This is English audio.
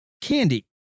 candy